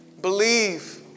Believe